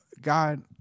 God